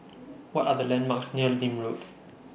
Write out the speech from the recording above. What Are The landmarks near Nim Road